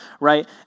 right